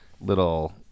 little